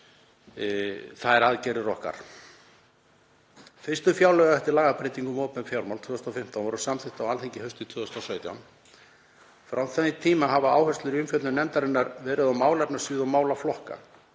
á þær aðgerðir okkar. Fyrstu fjárlög eftir lagabreytingu um opinber fjármál 2015 voru samþykkt á Alþingi haustið 2017. Frá þeim tíma hafa áherslur í umfjöllun nefndarinnar verið á málefnasvið og málaflokka.